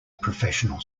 professional